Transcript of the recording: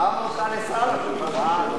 בחרנו אותך לשר כאן.